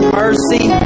mercy